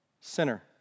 sinner